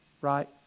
Right